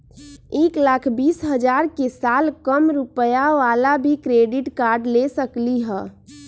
एक लाख बीस हजार के साल कम रुपयावाला भी क्रेडिट कार्ड ले सकली ह?